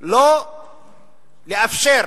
לא לאפשר,